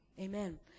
Amen